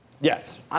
Yes